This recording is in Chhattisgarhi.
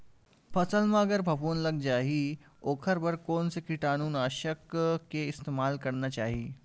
फसल म अगर फफूंद लग जा ही ओखर बर कोन से कीटानु नाशक के इस्तेमाल करना चाहि?